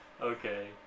Okay